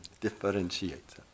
Differentiates